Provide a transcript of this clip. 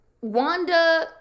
wanda